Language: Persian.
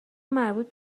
مربوط